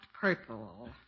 purple